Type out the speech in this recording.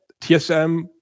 TSM